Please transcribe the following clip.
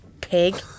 pig